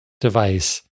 device